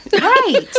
Right